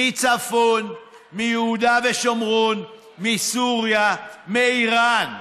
מצפון, מיהודה ושומרון, מסוריה, מאיראן,